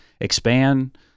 expand